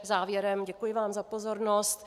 Závěrem, děkuji vám za pozornost.